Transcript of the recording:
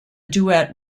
duet